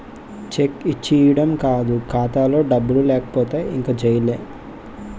check ఇచ్చీడం కాదు ఖాతాలో డబ్బులు లేకపోతే ఇంక జైలే